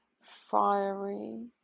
fiery